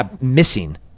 missing